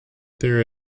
there